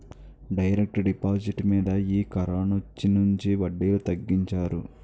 direct deposit మీద ఈ కరోనొచ్చినుంచి వడ్డీలు తగ్గించారు